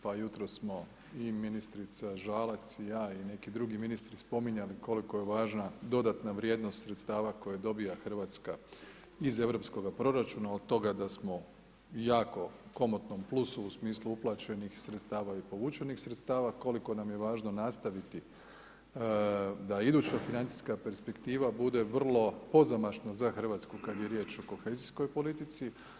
Pa jutros smo i ministrica Žalac i ja i neki drugi ministri spominjali koliko je važna dodatna vrijednost sredstava koju dobiva RH iz europskog proračuna, od toga da smo jako komotnom plusu u smislu uplaćenih sredstava i povučenih sredstava, koliko nam je važno nastaviti da iduća financijska perspektiva bude vrlo pozamašna za RH kada je riječ o kohezijskoj politici.